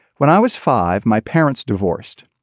when i was five my parents divorced.